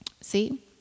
See